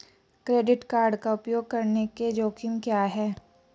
Credit card का उपयोग करने के जोखिम क्या हैं?